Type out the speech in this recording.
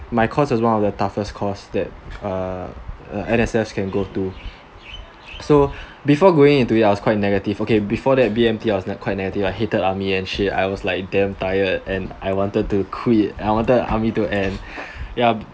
my course is one of the toughest course that uh N_S_Fs can go to so before going into it I was quite negative okay before that B_M_T I was quite negative I hated army actually I was like damn tired and I wanted to quit I wanted army to end ya